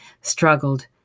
struggled